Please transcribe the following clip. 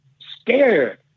scared